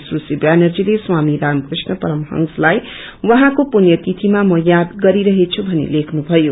सुश्री व्यानर्जीले स्वामी रामकृष्ण परमहंसलाई उहाँको पुण्यतिथिमा म याद गरिरहेछ भनि तेख्नु भयो